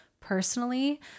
personally